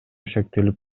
шектелип